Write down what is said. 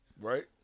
Right